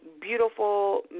beautiful